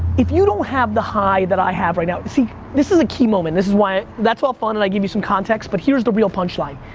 if you don't have the high that i have right now, see this is a key moment. this is why, that's all fun and i give you some context but here's the real punchline.